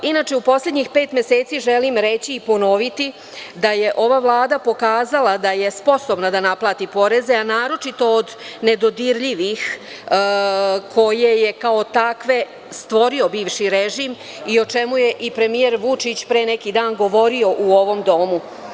Inače, u poslednjih pet meseci želim reći i ponoviti da je ova Vlada pokazala da je sposobna da naplati poreze, a naročito od nedodirljivih, koje je kao takve stvorio bivši režim, o čemu je i premijer Vučić pre neki dan govorio u ovom domu.